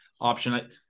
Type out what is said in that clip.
option